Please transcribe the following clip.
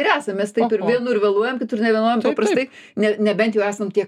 ir esam mes taip ir vienur vėluojam kitur nevėluojam paprastai ne nebent jau esam tie